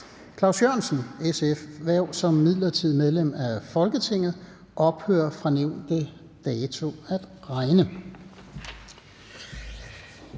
Claus Jørgensens (SF) hverv som midlertidigt medlem af Folketinget ophører fra nævnte dato at regne.